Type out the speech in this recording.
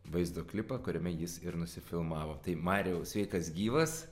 vaizdo klipą kuriame jis ir nusifilmavo tai marijau sveikas gyvas